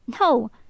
No